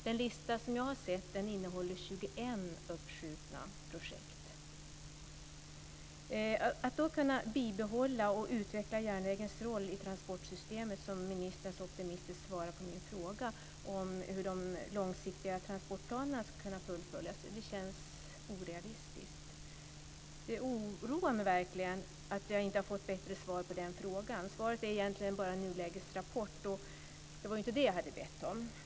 Den lista som jag har sett innehåller 21 uppskjutna projekt. Att man då ska kunna "bibehålla och utveckla järnvägens roll i transportsystemet", som ministern så optimistiskt svarar på min fråga om hur de långsiktiga transportplanerna ska kunna fullföljas känns orealistiskt. Det oroar mig verkligen att jag inte har fått bättre svar på den frågan. Svaret är egentligen bara en nulägesrapport, och det var inte det som jag hade bett om.